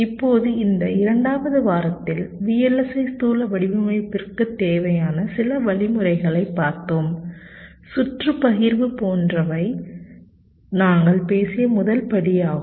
இப்போது இந்த இரண்டாவது வாரத்தில் VLSI ஸ்தூல வடிவமைப்பிற்கு தேவையான சில வழிமுறைகளை பார்த்தோம் சுற்று பகிர்வு போன்றவை நாங்கள் பேசிய முதல் படியாகும்